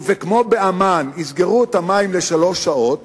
וכמו בעמאן יסגרו את המים לשלוש שעות,